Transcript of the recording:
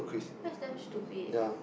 that's damn stupid